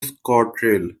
scotrail